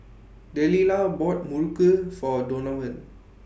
Delilah bought Muruku For Donovan